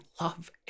love